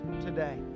today